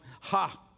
ha